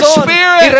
spirit